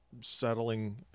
Settling